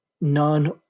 none